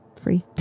free